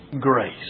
Grace